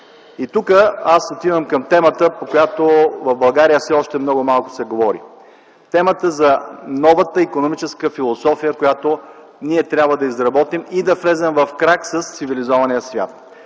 Тук аз отивам към темата, по която в България все още много малко се говори – темата за новата икономическа философия, която ние трябва да изработим, и да влезем в крак с цивилизования свят.